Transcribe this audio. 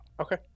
Okay